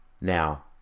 now